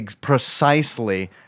precisely